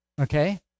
Okay